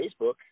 Facebook